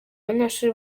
abanyeshuri